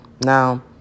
Now